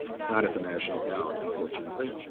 it's not at the national gallery, unfortunately.